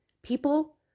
People